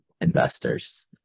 investors